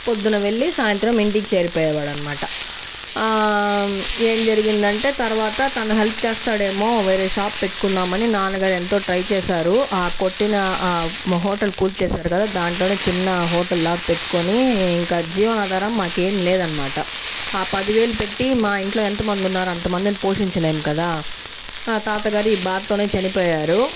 పొద్దున వెళ్లి సాయంత్రం ఇంటికి చేరిపోయేవాడనమాట ఏం జరిగిందంటే తర్వాత తను హెల్ప్ చేస్తాడేమో వేరే షాప్ పెట్టుకుందామని నాన్నగారు ఎంతో ట్రై చేశారు ఆ కొట్టిన మా హోటల్ కూల్చేశారు కదా దాంట్లోనే చిన్న హోటల్ లాగ పెట్టుకుని ఇంక జీవన ఆధారం మాకేమి లేదనమాట ఆ పదివేలు పెట్టి మా ఇంట్లో ఎంతమంది ఉన్నారో అంతమందిని పోషించలేము కదా తాతగారు ఈ బాధతోనే చనిపోయారు